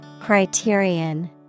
Criterion